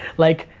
like.